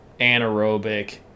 anaerobic